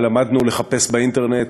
ולמדנו לחפש באינטרנט,